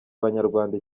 abanyarwanda